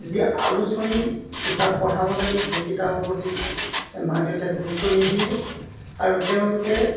যি আলোচনী কিতাপ পঢ়াব লাগে সেই কিতাপৰ প্ৰতি মাক দেউতাকে গুৰুত্ব নিদিয়ে আৰু তেওঁলোকে